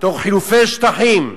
תוך חילופי שטחים,